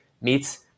meets